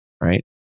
right